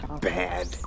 Bad